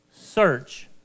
search